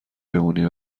بمونی